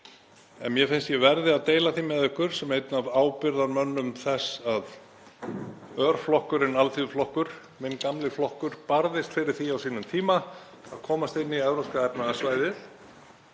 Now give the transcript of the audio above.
en mér finnst að ég verði að deila því með ykkur sem einn af ábyrgðarmönnum þess að örflokkurinn Alþýðuflokkur, minn gamli flokkur, barðist fyrir því á sínum tíma að komast inn í Evrópska efnahagssvæðið